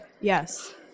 Yes